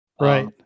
Right